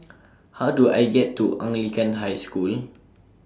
How Do I get to Anglican High School